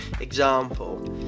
example